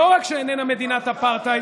שלא רק שאיננה מדינת אפרטהייד,